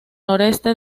noroeste